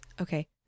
Okay